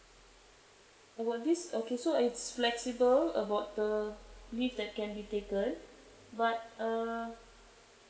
about this okay so it's flexible about the leave that can be taken but uh